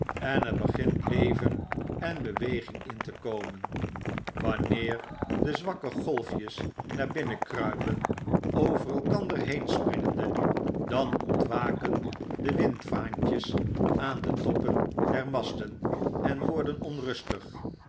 en er begint leven en beweging in te komen wanneer de zwakke golfjes naar binnen kruipen over elkander heenspringende dan ontwaken de windvaantjes aan de toppen der masten en worden onrustig